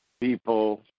people